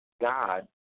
God